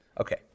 Okay